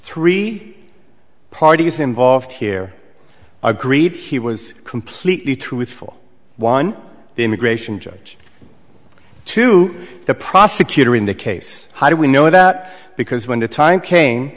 three parties involved here agreed he was completely truthful one the immigration judge to the prosecutor in the case how do we know that because when the time ca